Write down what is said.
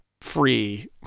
free